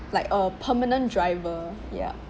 like a permanent driver ya